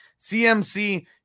CMC